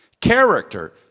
Character